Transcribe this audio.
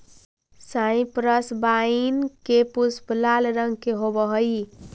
cypress vine के पुष्प लाल रंग के होवअ हई